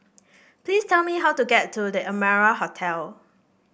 please tell me how to get to The Amara Hotel